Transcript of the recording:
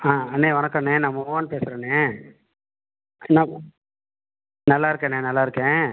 ஆ அண்ணே வணக்கண்ணே நான் மோகன் பேசுகிறேன்ணே என்ன நல்லா இருக்கண்ணே நல்லா இருக்கேன்